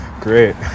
Great